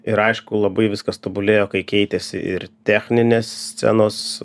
ir aišku labai viskas tobulėjo kai keitėsi ir techninės scenos